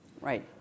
Right